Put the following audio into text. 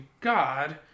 god